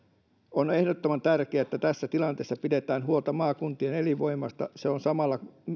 on ehdottoman tärkeää että tässä tilanteessa pidetään huolta maakuntien elinvoimasta se on samalla